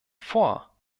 vor